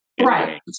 Right